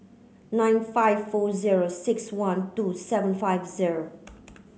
nine five four zero six one two seven five zero